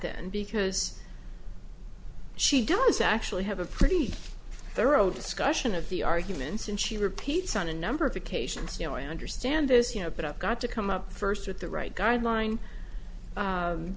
then because she does actually have a pretty thorough discussion of the arguments and she repeats on a number of occasions you know i understand this you know put up got to come up first with the right guideline